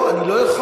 לא, אני לא יכול.